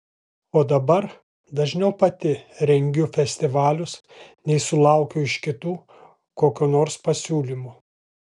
o dabar dažniau pati rengiu festivalius nei sulaukiu iš kitų kokio nors pasiūlymo